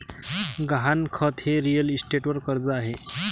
गहाणखत हे रिअल इस्टेटवर कर्ज आहे